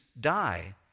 Die